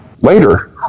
later